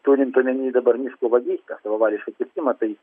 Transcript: turint omeny dabar miško vagystes savavališką kirtimą tai